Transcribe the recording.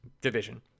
division